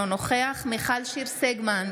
אינו נוכח מיכל שיר סגמן,